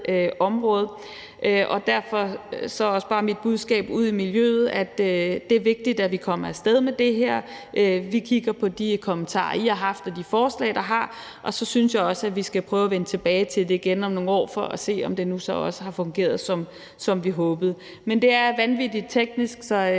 område, og derfor er mit budskab til miljøet også bare: Det er vigtigt, at vi kommer af sted med det her. Vi kigger på de kommentarer og forslag, I er kommet med, og så synes jeg også, vi skal prøve at vende tilbage til det igen om nogle år for at se, om det så også har fungeret, som vi håbede. Men det er vanvittig teknisk, så